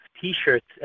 t-shirts